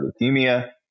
leukemia